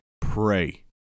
pray